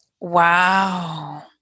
Wow